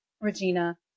regina